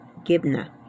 Gibna